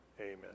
Amen